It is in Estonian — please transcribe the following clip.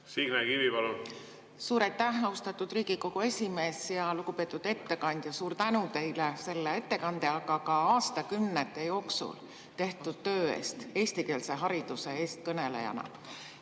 Signe Kivi, palun! Suur aitäh, austatud Riigikogu esimees! Lugupeetud ettekandja, suur tänu teile selle ettekande, aga ka aastakümnete jooksul tehtud töö eest eestikeelse hariduse eestkõnelejana!